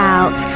Out